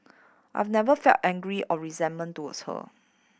I've never felt angry or resentful towards her